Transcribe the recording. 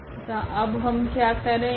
तथा अब हम क्या करेगे